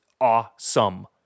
awesome